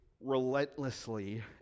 relentlessly